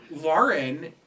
Lauren